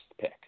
pick